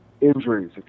injuries